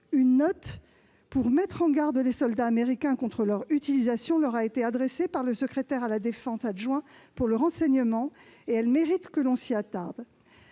Une note visant à mettre en garde les soldats américains contre leur utilisation leur a été adressée par le secrétaire adjoint de la défense pour le renseignement. Elle mérite que l'on s'y attarde.